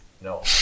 No